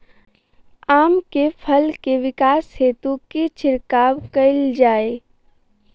आम केँ फल केँ विकास हेतु की छिड़काव कैल जाए?